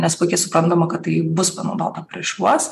nes puikiai suprantama kad tai bus panaudota prieš juos